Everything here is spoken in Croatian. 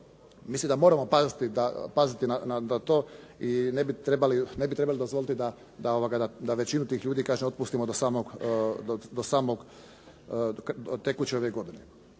Mislim da moramo paziti na to i ne bi trebali dozvoliti da većinu ti ljudi kažem otpustimo do samog tekuće ove godine.